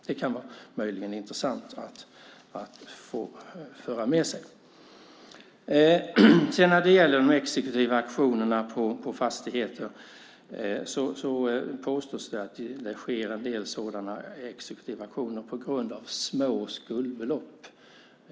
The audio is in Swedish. Det kan möjligen vara intressant att föra med sig. När det gäller exekutiva auktioner på fastigheter påstås det att en del sådana sker på grund av små skuldbelopp.